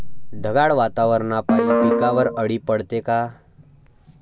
ढगाळ वातावरनापाई पिकावर अळी पडते का?